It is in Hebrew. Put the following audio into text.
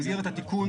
במסגרת התיקון,